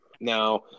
Now